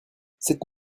cette